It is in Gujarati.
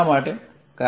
શા માટે